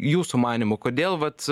jūsų manymu kodėl vat